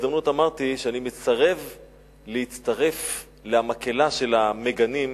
מדינת ישראל סערה בעקבות שרפה של שטיח וספרי קודש במסגד בכפר יאסוף.